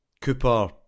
Cooper